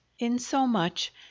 insomuch